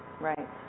right